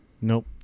Nope